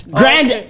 grand